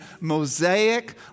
Mosaic